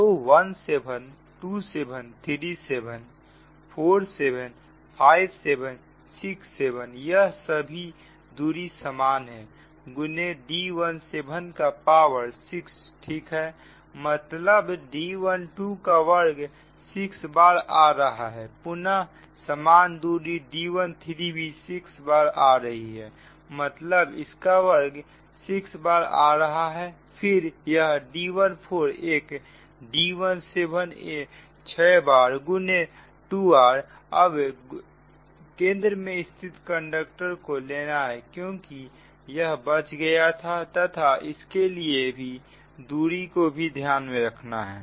तो 17 27 37 4 7 57 67 यह सभी दूरी समान है गुने D17 का पावर 6 ठीक है मतलब D12 का वर्ग 6 बार आ रहा है पुनः समान दूरी D13 भी 6 बार आ रहा है मतलब इसका वर्ग 6 बार आ रहा है फिर एक D14 एक D17 6 बार गुने 2r अब केंद्र में स्थित कंडक्टर को लेना है क्योंकि यह बच गया था तथा इसके लिए भी दूरी को भी ध्यान में रखना है